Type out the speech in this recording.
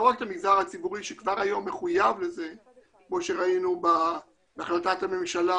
לא רק את המגזר הציבורי שכבר היום מחויב לזה כמו שראינו בהחלטת הממשלה